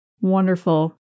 Wonderful